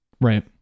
Right